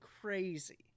crazy